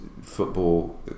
football